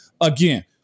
again